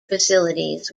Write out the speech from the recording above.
facilities